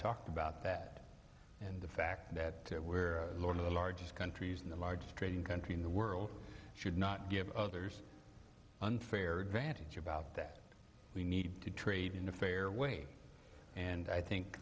about that and the fact that there were a lot of the largest countries and the largest trading country in the world should not give others unfair advantage about that we need to trade in a fair way and i think